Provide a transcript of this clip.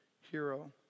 hero